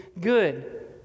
good